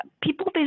people